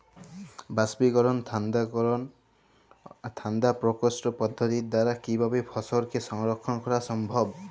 বাষ্পীকরন ঠান্ডা করণ ঠান্ডা প্রকোষ্ঠ পদ্ধতির দ্বারা কিভাবে ফসলকে সংরক্ষণ করা সম্ভব?